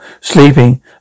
Sleeping